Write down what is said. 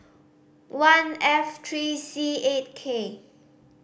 one F three C eight K